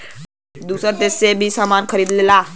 दूसर देस से कुछ सामान खरीदेला